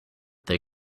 they